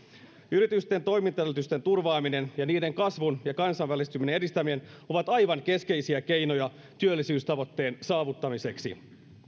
yritysten toimintaedellytysten turvaaminen ja niiden kasvun ja kansainvälistymisen edistäminen ovat aivan keskeisiä keinoja työllisyystavoitteen saavuttamiseksi